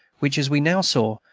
which, as we now saw,